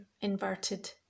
inverted